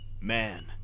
Man